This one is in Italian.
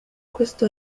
questo